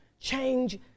change